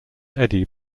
eddie